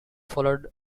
followed